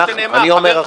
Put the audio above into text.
אני אומר עכשיו.